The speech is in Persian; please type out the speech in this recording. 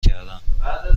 کردهام